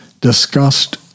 discussed